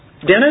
Dennis